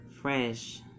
fresh